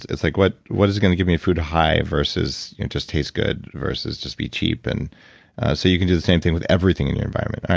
it's like what what is going to give me food high versus just taste good versus just be cheap. and so you can do the same thing with everything in your environment.